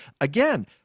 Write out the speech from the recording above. Again